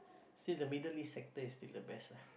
see the Middle East sector is still the best lah